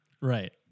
Right